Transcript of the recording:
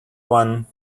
one